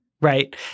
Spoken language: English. right